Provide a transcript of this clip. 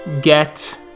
get